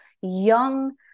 young